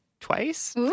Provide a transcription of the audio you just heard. twice